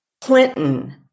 Clinton